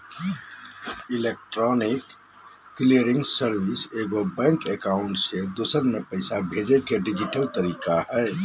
electronic clearing service एगो bank account से दूसर में पैसा भेजय के डिजिटल तरीका हइ